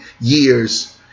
years